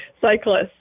cyclists